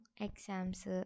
exams